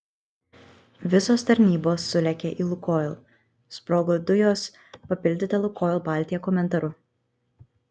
visos tarnybos sulėkė į lukoil sprogo dujos papildyta lukoil baltija komentaru